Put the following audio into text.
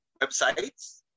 websites